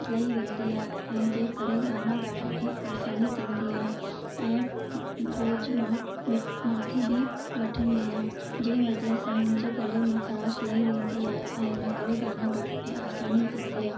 लई वेंदी आहे ऐं जंहिं करे गाना ॻाइण में आसानी थींदी आहे ऐं रोज़ु मां माखी बि वठंदी आहियां जंहिं वजह सां मुंहिंजे गले मां खराश लई वेंदी आहे ऐं इनकरे गाना ॻाइण में आसानी थींदी आहे